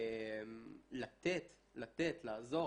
לתת, לעזור.